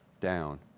down